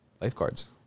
Lifeguards